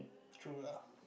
true lah